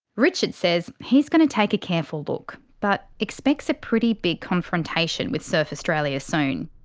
richard says he's going to take a careful look, but expects a pretty big confrontation with surf australia soon.